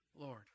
Lord